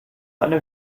eine